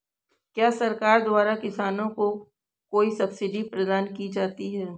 क्या सरकार द्वारा किसानों को कोई सब्सिडी प्रदान की जाती है?